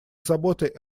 заботой